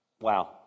Wow